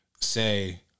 Say